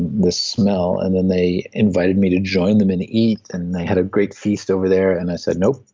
the smell, and then they invited me to join them and eat. and they had a great feast over there, and i said, no,